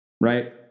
right